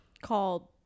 called